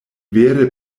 vere